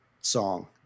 song